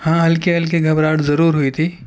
ہاں ہلکی ہلکی گھبراہٹ ضرور ہوئی تھی